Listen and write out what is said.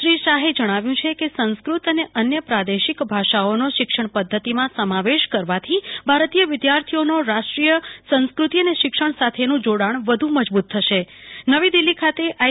શ્રી શાહે જણાવ્યઉ છે કે સંસ્કૃત અને પ્રાદેશિક ભાષાઓના શિક્ષણ પ્રધ્ધતિમા સમાવેશ કરવાથી ભારતીય વિધાર્થીઓનો રાષ્ટ્રીય સંસ્કૃતિ અને શિક્ષણ સાથેનું જોડાણ વધુ મજબુ ત થશે નવી દિલ્ફી ખાતે આઈ